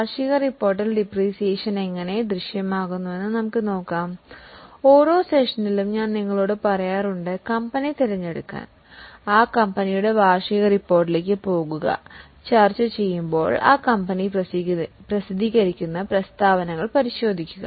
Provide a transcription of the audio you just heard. അതിനാൽ ഡിപ്രീസിയേഷനെക്കുറിച്ച് ഇപ്പോൾ ചർച്ചചെയ്യുമ്പോൾ വാർഷിക റിപ്പോർട്ടിൽ ഇത് എങ്ങനെ ദൃശ്യമാകുമെന്ന് നമുക്ക് നോക്കാം